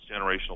generational